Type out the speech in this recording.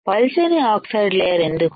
పలచని oxide లేయర్ఎందుకు